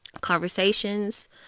conversations